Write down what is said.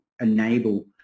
enable